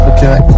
Okay